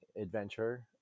adventure